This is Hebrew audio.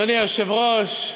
אדוני היושב-ראש,